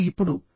మీరు ఇప్పుడు